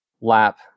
lap